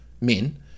men